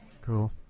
Cool